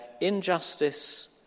injustice